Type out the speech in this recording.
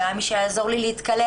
לא היה מי שיעזור לי להתקלח.